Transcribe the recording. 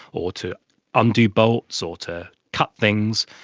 or to undo bolts or to cut things,